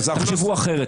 תחשבו אחרת,